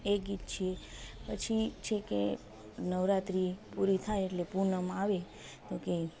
એ ગીત છે પછી છે કે નવરાત્રી પૂરી થાય એટલે પૂનમ આવે તો કે